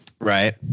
Right